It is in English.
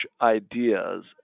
ideas